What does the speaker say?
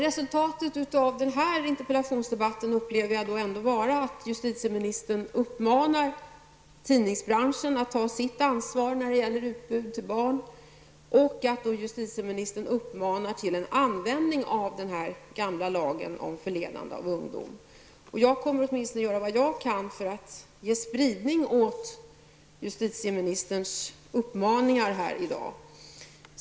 Resultatet av denna interpellationsdebatt upplever jag vara att justitieministern uppmanar tidningsbranschen att ta sitt ansvar när det gäller utbud till barnen och att justitieministern uppmanar till en tillämpning av den gamla lagen om förledande av ungdom. Jag kommer åtminstone att göra vad jag kan för att ge spridning åt justitieministerns uppmaningar i dag.